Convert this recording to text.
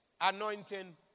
anointing